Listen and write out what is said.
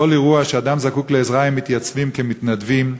בכל אירוע שאדם זקוק לעזרה הם מתייצבים כמתנדבים,